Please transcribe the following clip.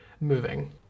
moving